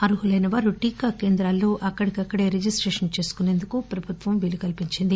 అర్హులైనవారు టీకా కేంద్రాల్లో అక్కడికక్కడ రిజిస్టేషన్ చేసుకుసేందుకు ప్రభుత్వం వీలుకల్సించింది